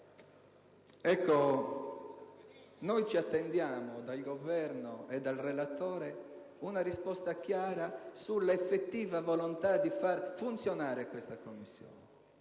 Noi ci attendiamo dal Governo e dal relatore una risposta chiara sull'effettiva volontà di far funzionare questa Commissione